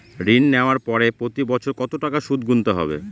ঋণ নেওয়ার পরে প্রতি বছর কত টাকা সুদ গুনতে হবে?